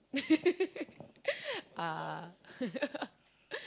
uh